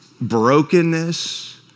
brokenness